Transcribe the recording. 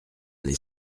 les